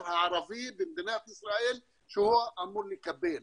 הערבי במדינת ישראל שהוא אמור לקבל.